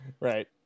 Right